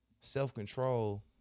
self-control